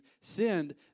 sinned